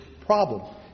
problem